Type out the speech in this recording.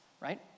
right